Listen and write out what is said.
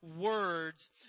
words